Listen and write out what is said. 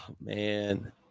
man